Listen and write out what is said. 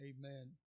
amen